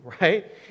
right